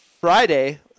Friday